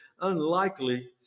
unlikely